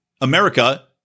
America